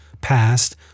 past